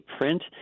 print